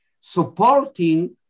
Supporting